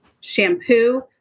shampoo